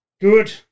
Good